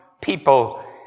people